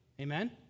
amen